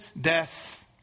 death